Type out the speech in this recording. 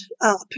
up